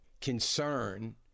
concern